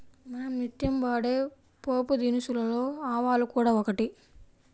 మనం నిత్యం వాడే పోపుదినుసులలో ఆవాలు కూడా ఒకటి